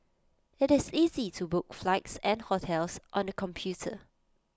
IT is easy to book flights and hotels on the computer